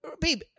Babe